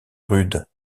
rude